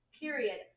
period